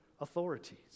authorities